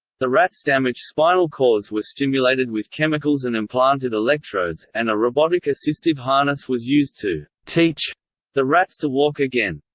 the rats' damaged spinal cords were stimulated with chemicals and implanted electrodes, and a robotic assistive harness was used to teach the rats to walk again.